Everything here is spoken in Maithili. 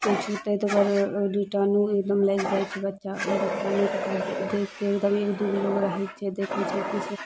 कोइ छुतै तऽ ओकर किटाणु एगदम लागि जाइ छै बच्चा बच्चामे तकरबाद देखके एक दूगो लोग रहै छै देखै छै इसब